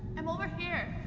i'm over here.